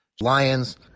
Lions